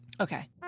Okay